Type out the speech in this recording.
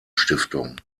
stiftung